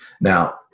Now